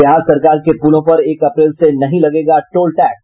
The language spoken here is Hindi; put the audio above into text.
बिहार सरकार के पुलों पर एक अप्रैल से नहीं लगेगा टोल टैक्स